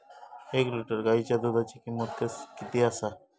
एक लिटर गायीच्या दुधाची किमंत किती आसा?